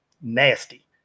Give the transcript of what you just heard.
nasty